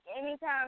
anytime